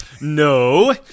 No